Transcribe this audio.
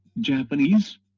Japanese